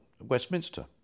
Westminster